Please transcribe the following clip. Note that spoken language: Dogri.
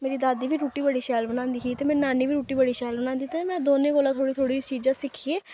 मेरी दादी बी रुट्टी बड़ी शैल बनांदी ही ते मेरी नानी बी रुट्टी बड़ी शैल बनांदी ही ते में दौनें कोला थोह्ड़ी थोह्ड़ी चीजां सिक्खियै